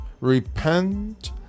repent